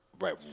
right